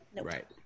Right